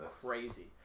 crazy